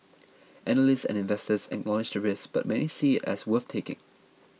analysts and investors acknowledge the risk but many see it as worth taking